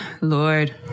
Lord